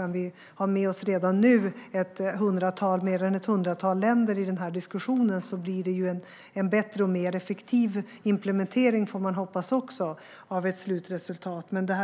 Om vi redan nu kan ha med oss mer än ett hundratal länder i diskussionen blir implementeringen av slutresultatet bättre och mer effektiv, får vi väl hoppas, för detta